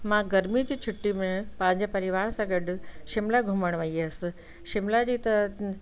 मां गर्मी जी छुट्टी में पंहिंजे परिवार सां गॾु शिमला घुमणु वई हुअसि शिमला जी त